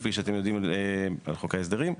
כפי שאתם יודעים, על חוק ההסדרים.